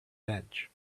bench